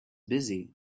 busy